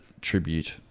tribute